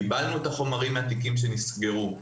קיבלנו את החומרים מהתיקים שנסגרו,